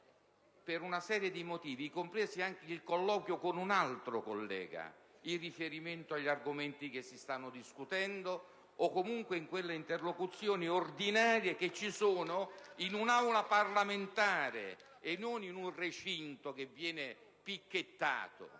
per una serie di motivi, compreso il colloquio con un altro collega in riferimento agli argomenti che si stanno discutendo, o comunque per quelle interlocuzioni ordinarie che ci sono in un'Aula parlamentare *(Applausi dal Gruppo PdL)*, e non in un recinto che viene picchettato.